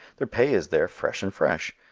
their pay is there fresh and fresh?